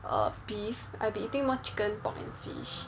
uh beef I've been eating more chicken pork and fish